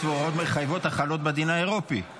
הוראות מחייבות החלות בדין האירופי),